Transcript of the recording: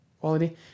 quality